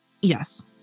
yes